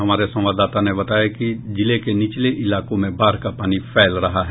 हमारे संवाददाता ने बताया जिले के नीचले इलाकों बाढ़ का पानी फैल रहा है